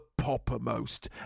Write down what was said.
poppermost